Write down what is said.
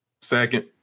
Second